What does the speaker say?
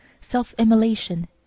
self-immolation